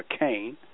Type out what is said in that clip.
McCain